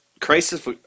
crisis